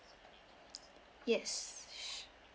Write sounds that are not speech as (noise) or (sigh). yes (breath)